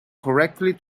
correctly